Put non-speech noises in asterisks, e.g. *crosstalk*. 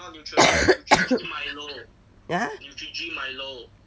*coughs* !huh!